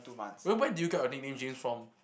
wait where did get your nickname James from